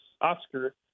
Oscar